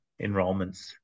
enrollments